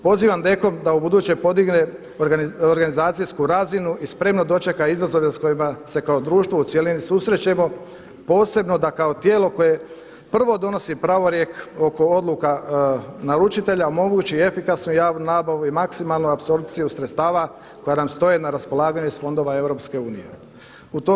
Pozivam DKOM da ubuduće podigne organizacijsku razinu i spremno dočeka izazove s kojima se kao društvo u cjelini susrećemo, posebno da kao tijelo koje prvo donosi pravorijek oko odluka naručitelja omogući efikasnu javnu nabavu i maksimalnu apsorpciju sredstava koja nam stoje na raspolaganju iz fondova Europske unije.